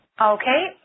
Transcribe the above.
Okay